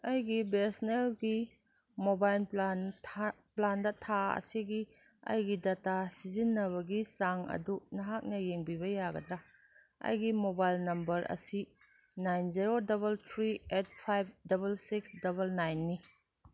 ꯑꯩꯒꯤ B S ꯅꯦꯜꯒꯤ mobile plan ꯄ꯭ꯂꯥꯟꯗ ꯊꯥ ꯑꯁꯤꯒꯤ ꯑꯩꯒꯤ ꯗꯇꯥ ꯁꯤꯖꯤꯟꯅꯕꯒꯤ ꯆꯥꯡ ꯑꯗꯨ ꯅꯍꯥꯛꯅ ꯌꯦꯡꯕꯤꯕ ꯌꯥꯒꯗ꯭ꯔꯥ ꯑꯩꯒꯤ ꯃꯣꯕꯥꯏꯜ ꯅꯝꯕꯔ ꯑꯁꯤ nine zero double three eight five double six double ꯅꯥꯏꯟꯅꯤ